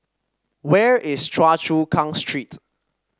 where is Choa Chu Kang Street